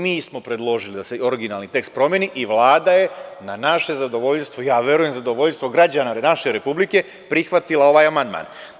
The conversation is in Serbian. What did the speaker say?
Mi smo predložili da se originalni tekst promeni i Vlada je na naše zadovoljstvo, ja verujem zadovoljstvo građana naše Republike, prihvatila ovaj amandman.